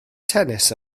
tennis